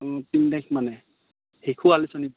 অঁ তিনি তাৰিখ মানে শিশু আলোচনী